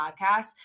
podcast